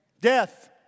Death